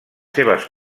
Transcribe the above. seves